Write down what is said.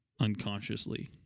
unconsciously